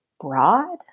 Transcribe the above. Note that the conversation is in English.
broad